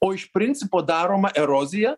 o iš principo daroma erozija